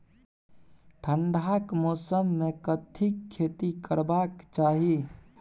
ठंडाक मौसम मे कथिक खेती करबाक चाही?